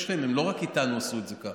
הם לא רק איתנו עשו את זה כך.